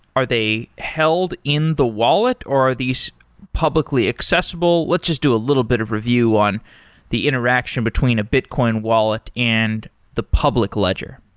are they held in the wallet or are these publicly accessible? let's just do a little bit of review on the interaction between a bitcoin wallet and the public ledger.